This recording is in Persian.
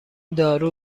دارو